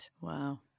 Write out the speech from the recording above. Wow